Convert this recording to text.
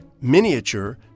miniature